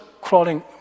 crawling